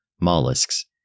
mollusks